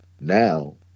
now